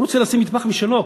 הוא רוצה מטבח משלו,